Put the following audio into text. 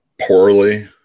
Poorly